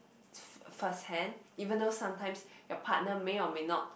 first hand even though sometimes your partner may or may not